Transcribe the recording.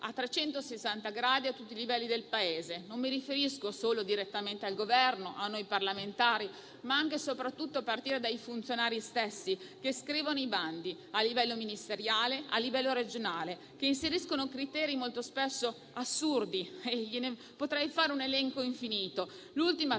a 360 gradi a tutti i livelli del Paese. Non mi riferisco solo direttamente al Governo e a noi parlamentari, ma anche e soprattutto ai funzionari stessi che scrivono i bandi a livello ministeriale e a livello regionale, che inseriscono criteri molto spesso assurdi. Potrei farne un elenco infinito: l'ultimo,